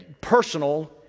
personal